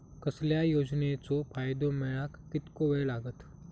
कसल्याय योजनेचो फायदो मेळाक कितको वेळ लागत?